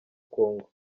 congo